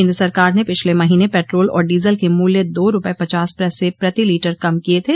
केन्द्र सरकार ने पिछले महीने पेट्रोल और डीजल के मूल्य दो रूपये पचास पैसे प्रति लीटर कम किये थे